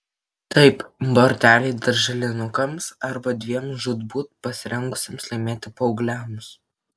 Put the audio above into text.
taip borteliai darželinukams arba dviem žūtbūt pasirengusiems laimėti paaugliams